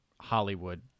Hollywood